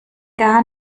gar